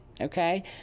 Okay